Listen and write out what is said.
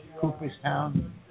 Cooperstown